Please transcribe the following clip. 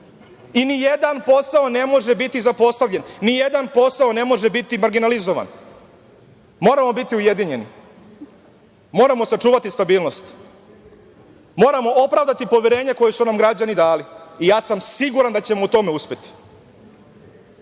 I nijedan posao ne može biti zapostavljen. Ni jedan posao ne može biti marginalizovan. Moramo biti ujedinjeni. Moramo sačuvati stabilnost. Moramo opravdati poverenje koje su nam građani dali. Ja sam siguran da ćemo u tome uspeti.Za